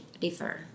differ